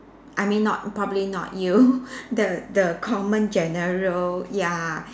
I mean not probably not you the the common general ya